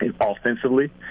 offensively